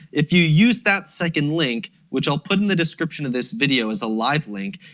if you use that second link, which i'll put in the description of this video as a live link,